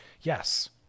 yes